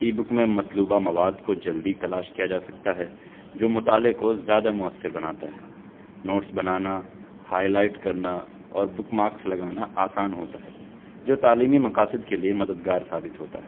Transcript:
ای book میں مطلوبہ مواد کو جلدی تلاش کیا جا سکتا ہے جو مطالعے کو زیادہ مؤثر بناتا ہے نوٹس بنانا ہائلائٹ کرنا اور بکمارکس لگانا آسان ہوتا ہے جو تعلیمی مقاصد کے لیے مددگار ثابت ہوتا ہے